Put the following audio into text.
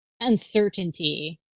uncertainty